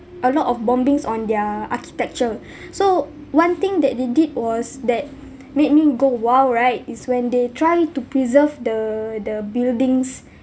a lot of bombings on their architecture so one thing that they did was that made me go !wow! right is when they try to preserve the the buildings